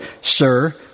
Sir